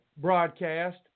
broadcast